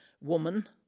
woman